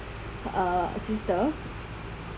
ah sister